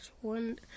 One